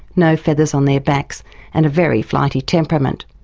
no feathers on their backs and a very flighty temperament.